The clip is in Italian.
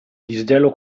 disgelo